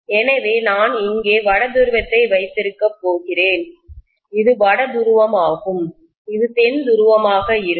எனவே நான் இங்கே வட துருவத்தை வைத்திருக்கப் போகிறேன் இது வட துருவமாகும் இது தென் துருவமாக இருக்கும்